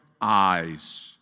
eyes